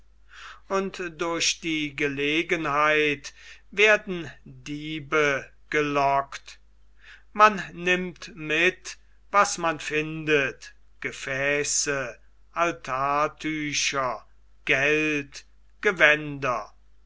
und durch die gelegenheit werden diebe gelockt man nimmt mit was man findet gefäße altartücher geld gewänder